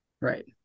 right